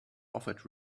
offered